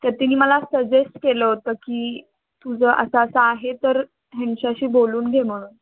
तर तिने मला सजेस्ट केलं होतं की तुझं असं असं आहे तर ह्यांच्याशी बोलून घे म्हणून